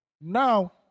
Now